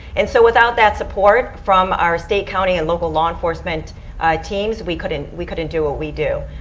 and so without that support from our state county and local law enforcement teams, we couldn't we couldn't do what we do.